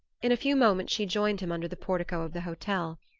in a few moments she joined him under the portico of the hotel.